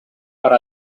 per